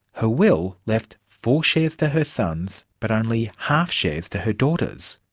her will left four shares to her sons but only half shares to her daughters.